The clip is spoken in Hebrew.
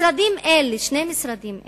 משרדים אלה, שני משרדים אלה,